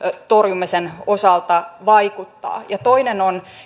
torjumisen osalta vaikuttaa toinen on